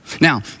Now